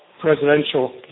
presidential